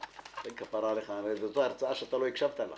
והיה אחד מסעיפי התקנות ב-2018 שבעצם נתן להם